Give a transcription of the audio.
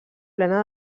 plena